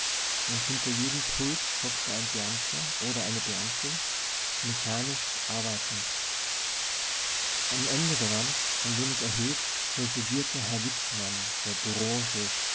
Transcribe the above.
und hinter jedem pult hockte ein beamter oder eine beamtin mechanisch arbeitend am ende der wand ein wenig erhöht residierte herr wittmann der